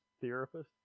therapist